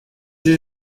sie